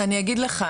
אחרי שאמרתי את